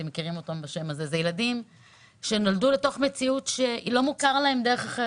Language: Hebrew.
אלה ילדים שנולדו למציאות מסוימת.